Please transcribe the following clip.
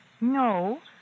No